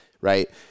right